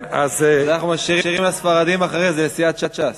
אנחנו משאירים לספרדים אחרי זה, סיעת ש"ס.